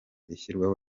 ishyirwaho